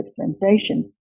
sensation